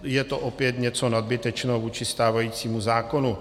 Je to opět něco nadbytečného vůči stávajícímu zákonu.